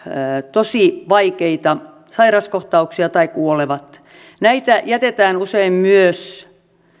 tosi vaikeita sairauskohtauksia tai kuolevat näitä jätetään usein myös